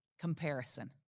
Comparison